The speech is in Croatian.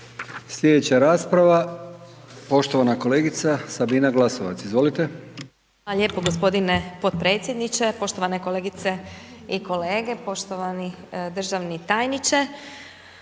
Slijedeća rasprava poštovana kolegica Sabina Glasovac, izvolite. **Glasovac, Sabina (SDP)** Hvala lijepo gospodine podpredsjedniče, poštovane kolegice i kolege, poštovani državni tajniče,